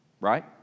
right